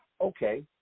Okay